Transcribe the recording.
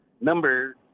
Number